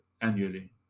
annually